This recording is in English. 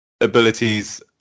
abilities